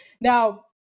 Now